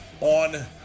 on